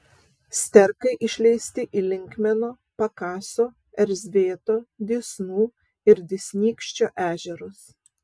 sterkai išleisti į linkmeno pakaso erzvėto dysnų ir dysnykščio ežerus